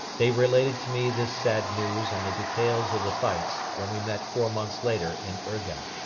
they related to me this sad news and the details of the fights when we met four months later in urga.